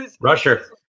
Rusher